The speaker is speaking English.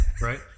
right